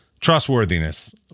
trustworthiness